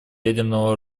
ядерного